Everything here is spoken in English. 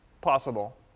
possible